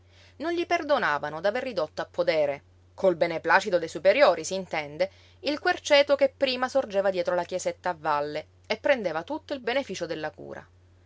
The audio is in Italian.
dei superiori s'intende il querceto che prima sorgeva dietro la chiesetta a valle e prendeva tutto il beneficio della cura